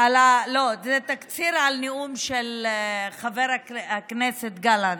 לא, זה תקציר על נאום של חבר הכנסת גלנט,